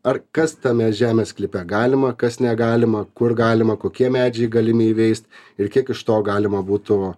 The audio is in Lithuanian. ar kas tame žemės sklype galima kas negalima kur galima kokie medžiai galimi įveist ir kiek iš to galima būtų